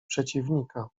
przeciwnika